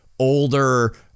older